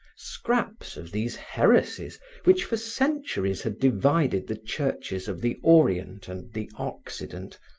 scraps of these heresies which for centuries had divided the churches of the orient and the occident,